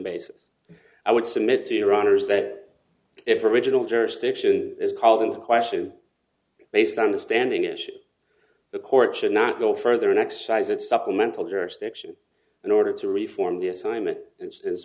basis i would submit to your honor's that if original jurisdiction is called into question based on the standing issue the court should not go further and exercise its supplemental jurisdiction in order to reform the assignment i